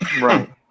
Right